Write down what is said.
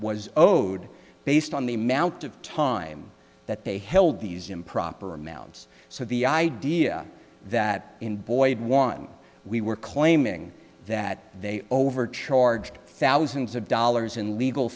was owed based on the amount of time that they held these improper amounts so the idea that in boyd one we were claiming that they overcharged thousands of dollars in legal